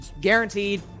Guaranteed